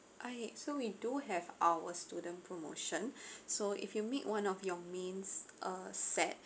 okay so we do have our student promotion so if you make one of your mains a set